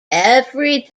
every